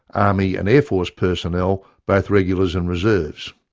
army and air force personnel, both regulars and reserves.